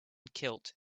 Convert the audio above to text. kilt